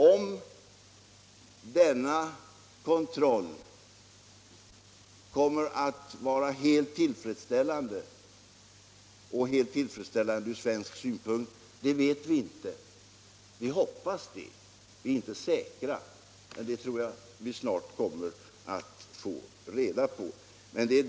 Om denna kontroll kommer att vara helt tillfredsställande ur svensk synpunkt vet vi inte. Vi hoppas givetvis det, men vi kan inte vara säkra. Hur det blir tror jag dock att vi snart kommer att få reda på.